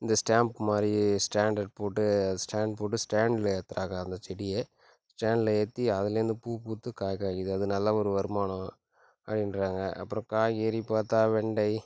இந்த ஸ்டாம்ப் மாதிரி ஸ்டாண்டர்ட் போட்டு ஸ்டாண்ட் போட்டு ஸ்டாண்ட்டில ஏத்துறாக அந்த செடியை ஸ்டாண்ட்டில ஏற்றி அதுலருந்து பூ பூத்து காய் காக்கிது அது நல்ல ஒரு வருமானம் அப்படின்றாங்க அப்புறம் காய்கறி பார்த்தா வெண்டை